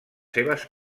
seves